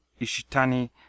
Ishitani